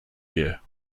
year